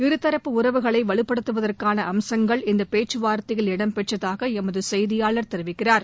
இருதரப்பு உறவுகளை வலுப்படுத்துவதற்கான அம்சங்கள் இந்த பேச்சுவார்த்தையில் இடம்பெற்றதாக எமது செய்தியாளர் தெரிவிக்கிறார்